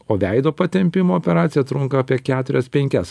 o veido patempimo operacija trunka apie keturias penkias